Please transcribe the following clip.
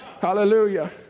Hallelujah